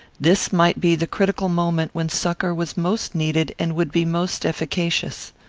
this might be the critical moment when succour was most needed and would be most efficacious.